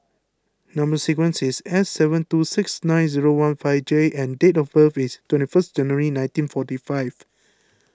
Number Sequence is S seven two six nine zero one five J and date of birth is twenty first January nineteen forty five